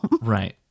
Right